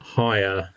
higher